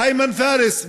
איימן פארס,